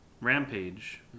Rampage